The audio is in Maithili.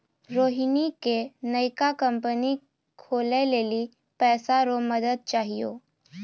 रोहिणी के नयका कंपनी खोलै लेली पैसा रो मदद चाहियो